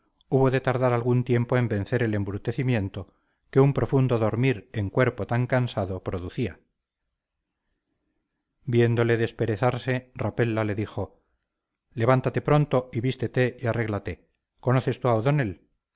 hubo de tardar algún tiempo en vencer el embrutecimiento que un profundo dormir en cuerpo tan cansando producía viéndole desperezarse rapella le dijo levántate pronto y vístete y arréglate conoces tú a o'donnell